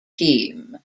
team